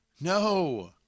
No